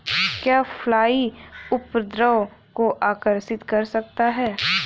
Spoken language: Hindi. एक फ्लाई उपद्रव को आकर्षित कर सकता है?